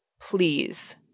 Please